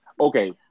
Okay